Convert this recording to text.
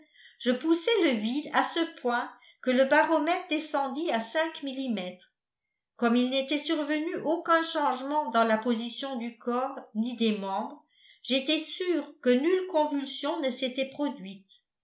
je poussai le vide à ce point que le baromètre descendit à cinq millimètres comme il n'était survenu aucun changement dans la position du corps ni des membres j'étais sûr que nulle convulsion ne s'était produite